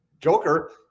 Joker